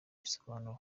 ibisobanuro